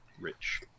rich